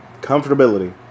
comfortability